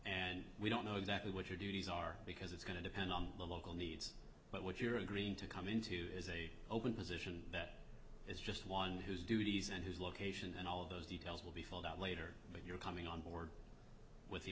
and we don't know exactly what your duties are because it's going to depend on the local needs but what you're agreeing to come into is a open position that is just one his duties and his location and all of those details will be filled out later but you're coming on board with the